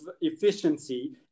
efficiency